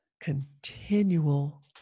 continual